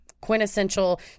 quintessential